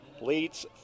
leads